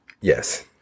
yes